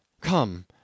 Come